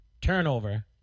turnover